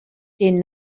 den